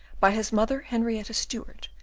by his mother henrietta stuart,